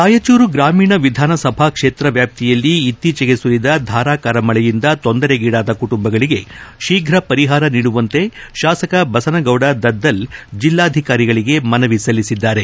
ರಾಯಚೂರು ಗ್ರಾಮೀಣ ವಿಧಾನಸಭಾ ಕ್ಷೇತ್ರ ವ್ಯಾಪ್ತಿಯಲ್ಲಿ ಇತ್ತೀಚೆಗೆ ಸುರಿದ ಧಾರಾಕಾರ ಮಳೆಯಿಂದ ತೊಂದರೆಗೀಡಾದ ಕುಟುಂಬಗಳಿಗೆ ಶೀಘ ಪರಿಹಾರ ನೀಡುವಂತೆ ಶಾಸಕ ಬಸನಗೌಡ ದದ್ದಲ್ ಜೆಲ್ಲಾಧಿಕಾರಿಗಳಿಗೆ ಮನವಿ ಸಲ್ಲಿಸಿದರು